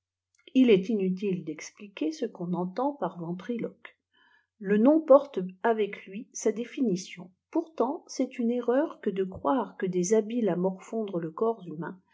il est iputile d'expliquer ce qu'on entend par ventriloque lô nom porte avec lijî sa définition pourtant c est une erreur que de croire que des iibiles à morfopdre le corps hùmàiji